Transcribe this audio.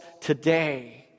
today